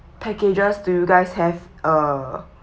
packages do you guys have uh